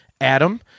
Adam